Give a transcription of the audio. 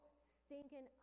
stinking